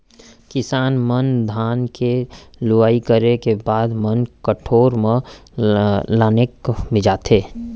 किसान मन धान के लुवई करे के बाद म कोठार म लानके मिंजथे